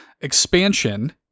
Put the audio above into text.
expansion